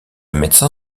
médecin